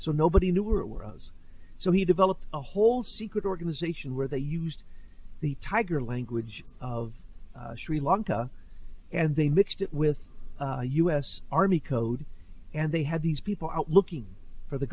so nobody knew where it was so he developed a whole secret organization where they used the tiger language of sri lanka and they mixed it with u s army code and they had these people out looking for the